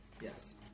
Yes